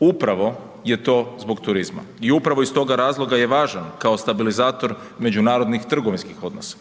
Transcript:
upravo je to zbog turizma i upravo iz toga razloga je i važan kao stabilizator međunarodnih trgovinskih odnosa.